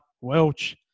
Welch